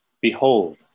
behold